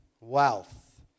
wealth